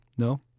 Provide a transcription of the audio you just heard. No